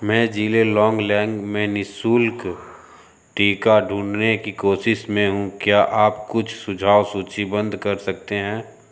मैं ज़िले लोंगलेंग में निःशुल्क टीका ढूँढने की कोशिश में हूँ क्या आप कुछ सुझाव सुचिबद्ध कर सकते हैं